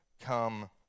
come